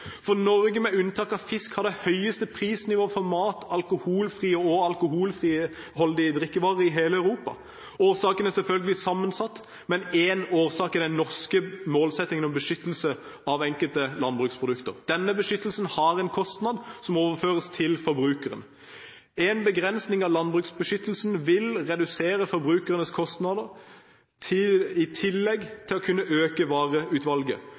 For Norge, med unntak av fisk, har det høyeste prisnivået for mat, alkoholfrie og alkoholholdige drikkevarer i hele Europa. Årsaken er selvfølgelig sammensatt, men én årsak er den norske målsettingen om beskyttelse av enkelte landbruksprodukter. Denne beskyttelsen har en kostnad som overføres til forbrukeren. En begrensning av landbruksbeskyttelsen vil redusere forbrukerens kostnader, i tillegg til å kunne øke vareutvalget.